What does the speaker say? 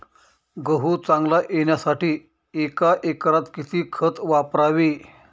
गहू चांगला येण्यासाठी एका एकरात किती खत वापरावे?